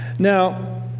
Now